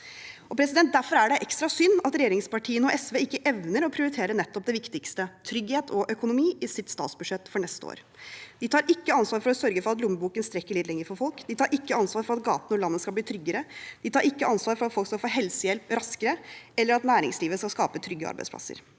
fremtid. Derfor er det ekstra synd at regjeringspartiene og SV ikke evner å prioritere nettopp det viktigste, trygghet og økonomi, i sitt statsbudsjett for neste år. De tar ikke ansvar for å sørge for at lommeboken strekker litt lenger for folk, de tar ikke ansvar for at gatene og landet skal bli tryggere, og de tar ikke ansvar for at folk skal få helsehjelp raskere, eller for at næringslivet skal skape trygge arbeidsplasser.